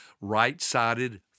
Right-sided